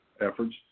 efforts